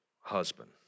husband